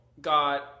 got